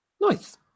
Nice